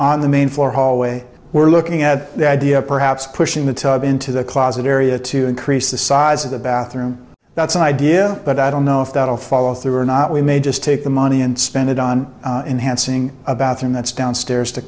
on the main floor hallway we're looking at the idea of perhaps pushing the tub into the closet area to increase the size of the bathroom that's an idea but i don't know if that will follow through or not we may just take the money and spend it on and hansing about them that's downstairs to